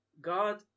god